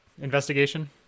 Investigation